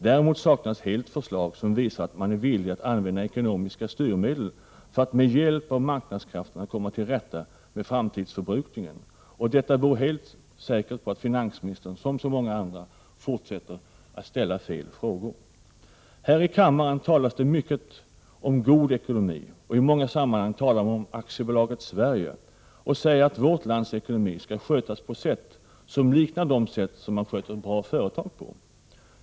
Däremot saknas helt förslag som visar att man är villig att använda ekonomiska styrmedel för att med hjälp av marknadskrafterna komma till rätta med framtidsförbrukningen, och detta beror helt säkert på att finansministern som så många andra fortsätter att ställa fel frågor. Här i kammaren talas det mycket om god ekonomi, och i många sammanhang talar man om AB Sverige och säger att vårt lands ekonomi skall skötas på sätt som liknar de sätt som man sköter bra företag på.